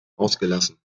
ausgelassen